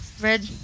Red